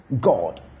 God